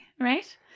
right